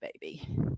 baby